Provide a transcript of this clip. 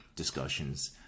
discussions